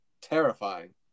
terrifying